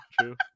True